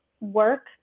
work